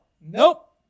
nope